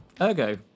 Ergo